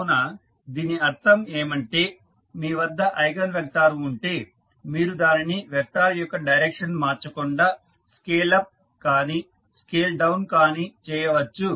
కావున దీని అర్థం ఏమంటే మీ వద్ద ఐగన్ వెక్టార్ ఉంటే మీరు దానిని వెక్టార్ యొక్క డైరెక్షన్ మార్చకుండా స్కేల్ అప్ కానీ స్కేల్ డౌన్ కానీ చేయవచ్చు